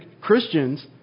Christians